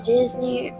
Disney